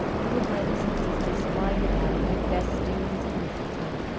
little brothers and sisters flying about with festoons of mistletoe,